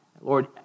Lord